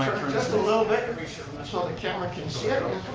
a little bit so the camera can see